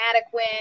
adequate